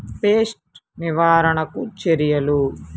Pest నివారణకు చర్యలు?